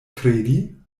kredi